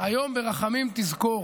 היום ברחמים תזכור".